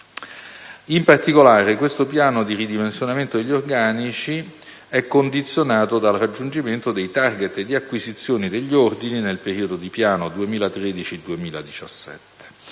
In particolare, il piano di ridimensionamento degli organici è condizionato dal raggiungimento dei *target* di acquisizione degli ordini nel periodo di piano 2013-2017.